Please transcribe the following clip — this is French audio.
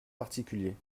particulier